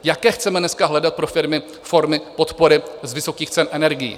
Jaké chceme dneska hledat pro firmy formy podpory z vysokých cen energií?